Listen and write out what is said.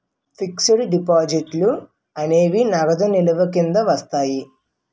fixed డిపాజిట్లు అనేవి నగదు నిల్వల కింద వస్తాయి